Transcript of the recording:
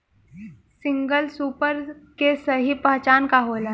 Single super के सही पहचान का होला?